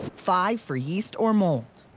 five for yeast or mould.